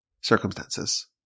circumstances